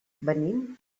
venim